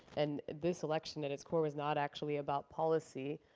and this election, at its core, was not actually about policy.